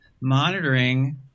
monitoring